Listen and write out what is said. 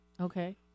Okay